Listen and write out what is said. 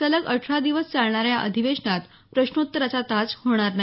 सलग अठरा दिवस चालणाऱ्या या अधिवेशनात प्रश्नोत्तराचा तास होणार नाही